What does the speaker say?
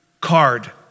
card